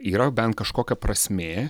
yra bent kažkokia prasmė